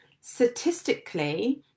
statistically